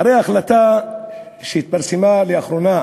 הרי ההחלטה שהתפרסמה לאחרונה,